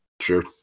Sure